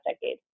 decade